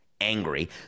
angry